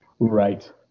right